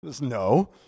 No